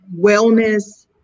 wellness